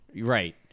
right